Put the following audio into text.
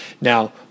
Now